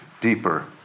deeper